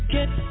Get